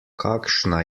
kakšna